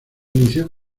inició